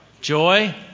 Joy